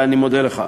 ואני מודה לך.